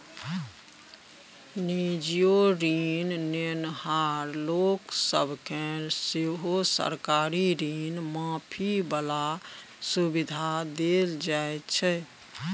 निजीयो ऋण नेनहार लोक सब केँ सेहो सरकारी ऋण माफी बला सुविधा देल जाइ छै